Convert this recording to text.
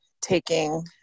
taking